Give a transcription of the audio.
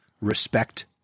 respect